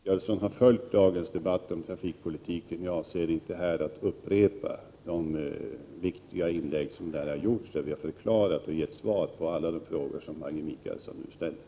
Herr talman! Jag utgår ifrån att Maggi Mikaelsson har följt dagens debatt om trafikpolitiken. Jag avser inte att här upprepa de viktiga inlägg som gjordes i debatten. Vi har förklarat och gett svar på alla de frågor som Maggi Mikaelsson nu ställer.